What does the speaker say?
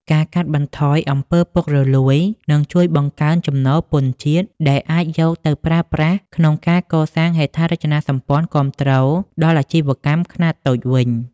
ការកាត់បន្ថយ អំពើពុករលួយ នឹងជួយបង្កើនចំណូលពន្ធជាតិ ដែលអាចយកទៅប្រើប្រាស់ក្នុងការកសាងហេដ្ឋារចនាសម្ព័ន្ធគាំទ្រដល់អាជីវកម្មខ្នាតតូចវិញ។